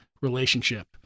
relationship